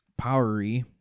Powery